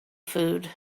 food